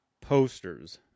posters